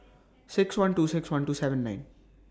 six one two six one two seven nine